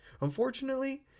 unfortunately